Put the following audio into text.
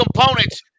components